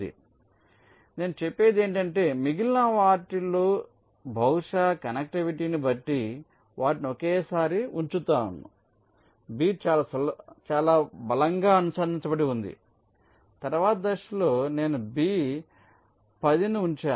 కాబట్టి నేను చెప్పేది ఏమిటంటే మిగిలిన వాటిలో బహుశా కనెక్టివిటీని బట్టి వాటిని ఒకేసారి ఉంచుతాను B చాలా బలంగా అనుసంధానించబడి ఉంది కాబట్టి తరువాతి దశలో నేను B 10 ను ఉంచాను